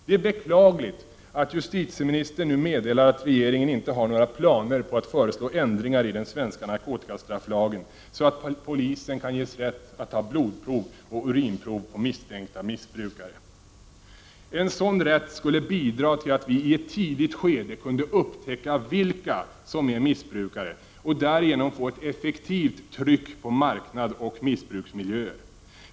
Det är beklagligt att justitieministern nu meddelar att regeringen inte har några planer på att föreslå ändringar i den svenska narkotikastrafflagen så att polisen kan ges rätt att ta blodprov och urinprov på misstänkta missbrukare. En sådan rätt skulle bidra till att vi i ett tidigt skede kunde upptäcka vilka som är missbrukare och därigenom få ett effektivt tryck på marknad och missbruksmiljöer.